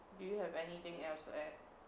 do you have anything else to add